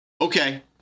Okay